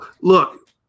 Look